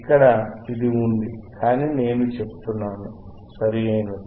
ఇక్కడ ఇది ఉంది కానీ నేను చెబుతున్నాను సరియైనది